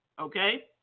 Okay